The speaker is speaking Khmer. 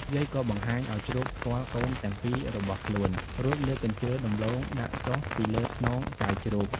យាយក៏បង្ហាញឱ្យជ្រូកស្គាល់កូនទាំងពីររបស់ខ្លួន រួចលើកកញ្ជើរដំឡូងដាក់ចុះពីលើខ្នងចៅជ្រូក